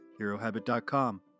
HeroHabit.com